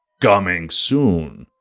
coming soon!